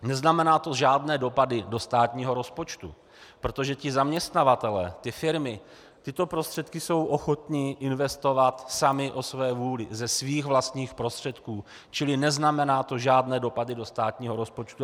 Neznamená to žádné dopady do státního rozpočtu, protože zaměstnavatelé, firmy, tyto prostředky jsou ochotny investovat samy o své vůli, ze svých vlastních prostředků, čili neznamená to žádné dopady do státního rozpočtu.